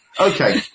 Okay